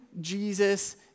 Jesus